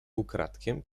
ukradkiem